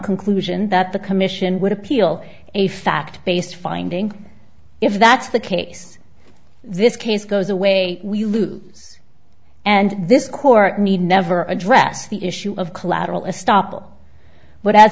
conclusion that the commission would appeal a fact based finding if that's the case this case goes away we lose and this court need never address the issue of collateral estop